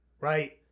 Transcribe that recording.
right